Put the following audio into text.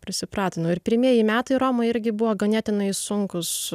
prisipratinau ir pirmieji metai romoj irgi buvo ganėtinai sunkūs